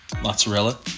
mozzarella